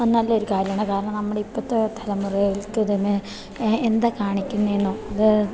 നല്ലൊരു കാര്യമാണ് കാരണം നമ്മുടെ ഇപ്പത്തെ തലമുറകൾക്ക് ഇതിന് എന്താ കാണിക്കുന്നതെന്നോ അത്